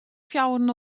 fjouweren